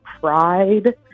pride